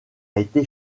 été